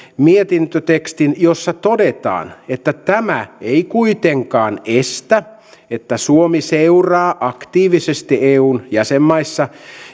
mietintötekstin jossa todetaan että tämä ei kuitenkaan estä että suomi seuraa aktiivisesti eun jäsenmaissa